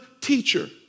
teacher